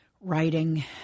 Writing